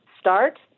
start